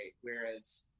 whereas